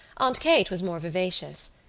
aunt kate was more vivacious.